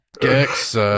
Gex